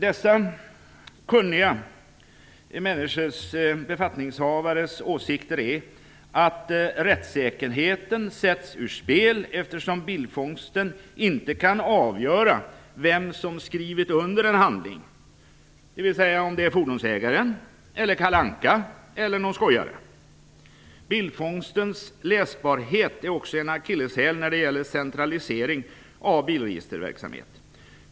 Dessa kunniga befattningshavares åsikter är att rättssäkerheten sätts ur spel, eftersom bildfångsten inte kan avgöra vem som har skrivit under en handling, dvs. om det är fordonsägaren, Kalle Anka eller någon skojare. Läsbarheten vid användandet av bildfångsttekniken är också en akilleshäl när det gäller centralisering av bilregisterverksamhet.